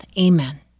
Amen